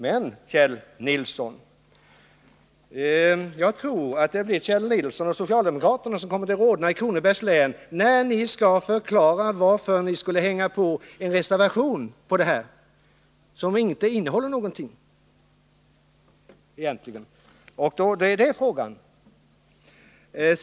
Men, Kjell Nilsson, jag tror att det blir Kjell Nilsson och socialdemokraterna som kommer att rodna, när ni i Kronobergs län skall förklara varför ni skulle hänga på en reservation här som inte innehåller någonting egentligen.